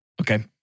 Okay